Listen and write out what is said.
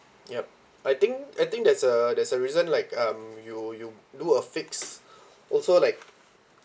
yup I think I think there's a there's a reason like um you you do a fixed also like